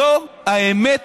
זאת האמת